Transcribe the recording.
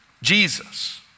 Jesus